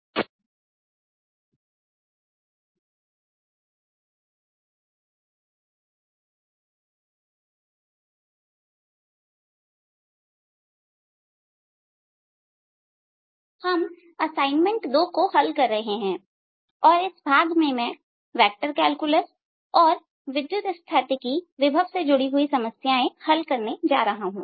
assignment 2 समस्या संख्या 5 11 हम असाइनमेंट 2 को हल कर रहे हैं और इस भाग में मैं वेक्टर कैलकुलस और विद्युत स्थैतिकी विभव से जुड़ी हुई समस्याएं हल करने जा रहा हूं